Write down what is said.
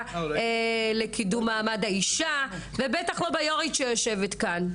לקידום מעמד האישה ובטל לא ביושבת-ראש שיושבת כאן.